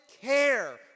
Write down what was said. care